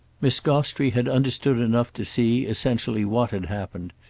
miss gostrey had understood enough to see, essentially, what had happened,